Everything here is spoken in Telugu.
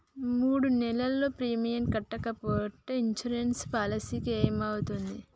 మూడు నెలలు ప్రీమియం కట్టకుంటే ఇన్సూరెన్స్ పాలసీకి ఏమైతది?